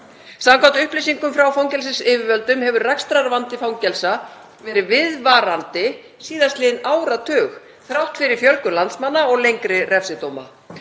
Samkvæmt upplýsingum frá fangelsisyfirvöldum hefur rekstrarvandi fangelsa verið viðvarandi síðastliðinn áratug þrátt fyrir fjölgun landsmanna og lengri refsidóma.